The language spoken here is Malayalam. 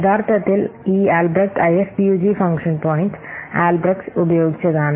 യഥാർത്ഥത്തിൽ ഈ Albrecht IFPUG function point Albrecht IFPUG function point Albrecht's ഉപയോഗിച്ചതാണ്